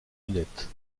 lunettes